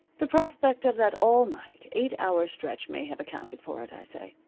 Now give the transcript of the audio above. the prospect of that all-night, eight-hour stretch may have accounted for it, i say.